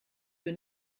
für